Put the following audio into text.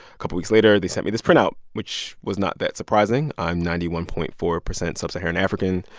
a couple weeks later, they sent me this printout, which was not that surprising. i'm ninety one point four percent sub-saharan african.